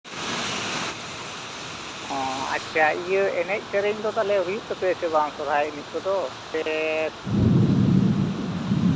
ᱚ ᱟᱪᱪᱷᱟ ᱤᱭᱟᱹ ᱮᱱᱮᱡ ᱥᱮᱹᱨᱮᱹᱧ ᱫᱚ ᱛᱟᱦᱚᱞᱮ ᱦᱩᱭᱩᱜ ᱛᱟᱯᱮᱭᱟᱥᱮ ᱵᱟᱝ ᱥᱚᱨᱦᱟᱭ ᱮᱱᱮᱡ ᱠᱚᱫᱚ ᱥᱮ